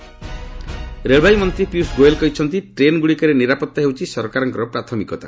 ପୀୟୁଷ ଗୋଏଲ୍ ରେଳବାଇ ମନ୍ତ୍ରୀ ପୀୟୁଷ ଗୋଏଲ୍ କହିଛନ୍ତି ଟ୍ରେନ୍ଗୁଡ଼ିକରେ ନିରାପତ୍ତା ହେଉଛି ସରକାରଙ୍କର ପ୍ରାଥମିକତା